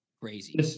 Crazy